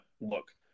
look